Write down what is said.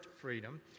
freedom